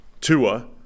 Tua